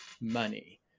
money